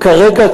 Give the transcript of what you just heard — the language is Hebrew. כרגע,